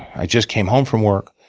i just came home from work,